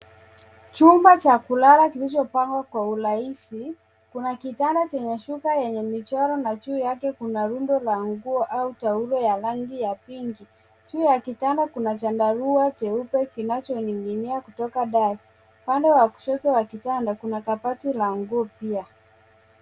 Chumba cha kulala kilichopangwa kwa urahisi. Kuna kitanda chenye shuka yenye michoro na juu yake kuna rundo la nguo au taulo la rangi ya pinki. Juu ya kitanda kuna chandarua cheupe kinachoning'inia kutoka dari. Upande wa kushoto kitanda kuna kabati la nguo pia.